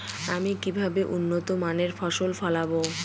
আমি কিভাবে উন্নত মানের ফসল ফলাব?